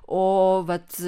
o vat